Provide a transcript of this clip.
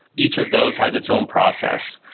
each of those has its own process.